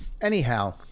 Anyhow